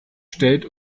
stellt